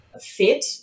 fit